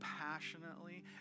passionately